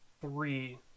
three